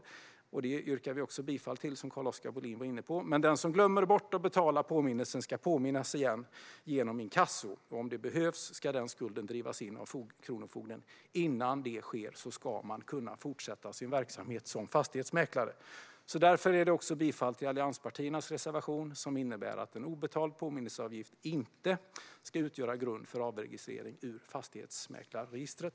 Det förslaget yrkar vi bifall till, som Carl-Oskar Bohlin var inne på. Men den som glömmer bort att betala påminnelsen ska påminnas igen genom inkasso, och om det behövs ska skulden drivas in av kronofogden. Innan det sker ska man kunna fortsätta sin verksamhet som fastighetsmäklare. Därför yrkar jag bifall till allianspartiernas reservation, som innebär att en obetald påminnelseavgift inte ska utgöra grund för avregistrering ur fastighetsmäklarregistret.